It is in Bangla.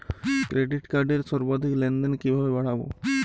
ক্রেডিট কার্ডের সর্বাধিক লেনদেন কিভাবে বাড়াবো?